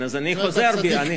אני חוזר בי.